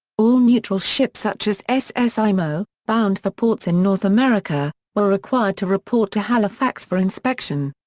all neutral ships such as ss imo, bound for ports in north america, were required to report to halifax for inspection.